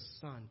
son